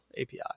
API